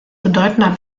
bedeutender